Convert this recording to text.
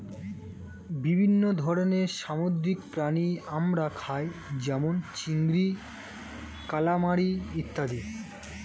বিভিন্ন ধরনের সামুদ্রিক প্রাণী আমরা খাই যেমন চিংড়ি, কালামারী ইত্যাদি